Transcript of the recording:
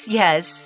yes